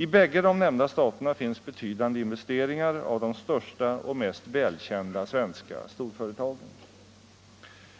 I bägge de nämnda staterna finns betydande investeringar av de största och mest välkända svenska storföretagen.